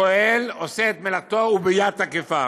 פועל, עושה את מלאכתו, וביד תקיפה.